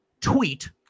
tweet